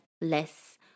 less